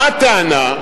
מה הטענה?